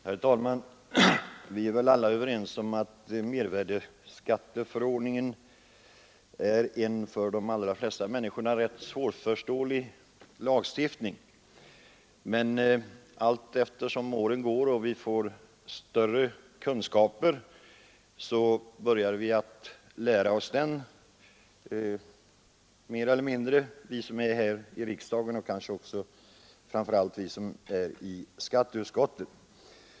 Herr talman! Vi är väl alla överens om att mervärdeskatteförordningen är en för de flesta människor rätt svårförståelig lagstiftning. Men allteftersom åren går och vi får större kunskaper, börjar vi att lära oss den mer eller mindre, vi som tillhör riksdagen och kanske framför allt vi som tillhör skatteutskottet.